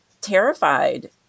terrified